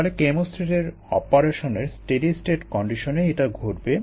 তাহলেকেমোস্ট্যাটের অপারেশনের steady state কন্ডিশনেই এটা ঘটবে